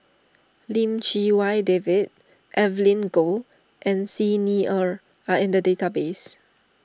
Lim Chee Wai David Evelyn Goh and Xi Ni Er are in the database